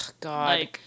God